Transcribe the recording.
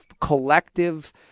collective